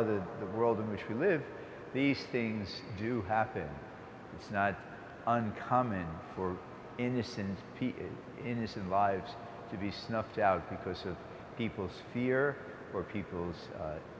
other in the world in which we live these things do happen it's not uncommon for innocents innocent lives to be snuffed out because of people's fear for people's